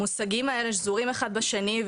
המושגים האלה שזורים אחד בשני,